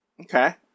Okay